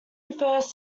refers